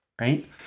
right